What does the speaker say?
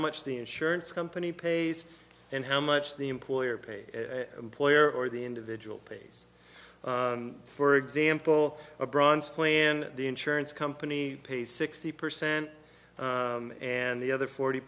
much the insurance company pays and how much the employer paid employer or the individual pays for example a bronze plan the insurance company pays sixty percent and the other forty